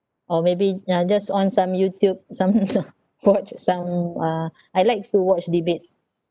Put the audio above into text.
or maybe ya just on some youtube some uh watch some uh I like to watch debates